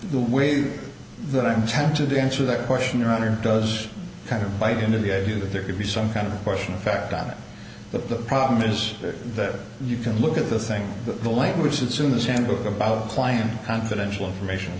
the way that i'm tempted to answer that question your honor does kind of bite into the idea that there could be some kind of a question of fact on it but the problem is that you can look at the thing the way in which it's in this and book about client confidential information